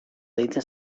deitzen